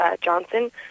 Johnson